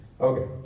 Okay